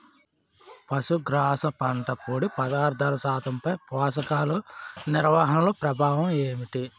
పశుగ్రాస పంట పొడి పదార్థాల శాతంపై పోషకాలు నిర్వహణ ప్రభావం ఏమిటి?